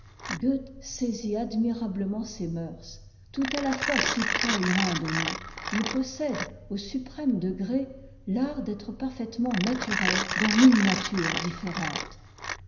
saisit admirablement ces mœurs tout à la fois si près et loin de nous il possède au suprême degré l'art d'être parfaitement naturel dans mille natures différentes